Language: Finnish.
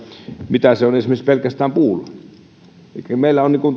mitä se on esimerkiksi pelkästään puulla elikkä meillä on